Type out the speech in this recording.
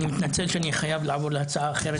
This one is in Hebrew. אני מתנצל שאני חייב לעבור להצעה אחרת,